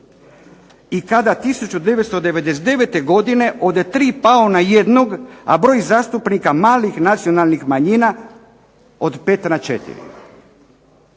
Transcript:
i kada 1999. godine od 3 pao na 1, a broj zastupnika malih nacionalnih manjina od 5 na 4.